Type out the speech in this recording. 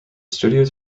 studios